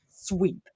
sweep